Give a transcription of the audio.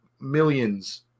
millions